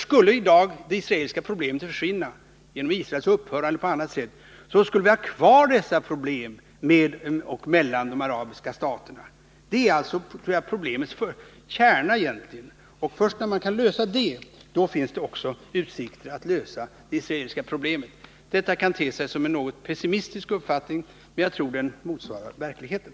Skulle i dag de israeliska problemen försvinna genom Israels upphörande eller på annat sätt, så skulle vi ändå ha kvar problemen med och mellan de arabiska staterna. Jag tror att detta egentligen kan sägas vara problemets kärna. Först när man kan lösa det problemet finns det utsikter att också lösa de israeliska problemen. Detta kan te sig som en något pessimistisk uppfattning, men jag tror den motsvaras av verkligheten.